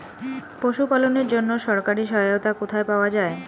পশু পালনের জন্য সরকারি সহায়তা কোথায় পাওয়া যায়?